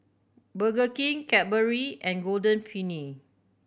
Burger King Cadbury and Golden Peony